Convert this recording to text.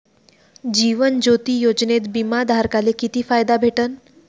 जीवन ज्योती योजनेत बिमा धारकाले किती फायदा भेटन?